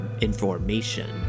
information